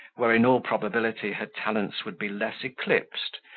where, in all probability, her talents would be less eclipsed,